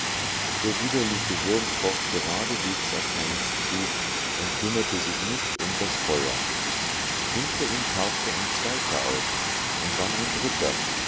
der widerliche wurm kroch geradenwegs auf heinz zu und kümmerte sich nicht um das feuer hinter ihm tauchte ein zweiter auf und dann ein dritter